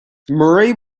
murray